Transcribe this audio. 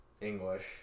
English